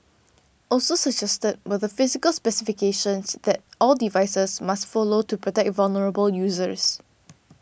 also suggested were the physical specifications that all devices must follow to protect vulnerable users